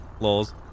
Lols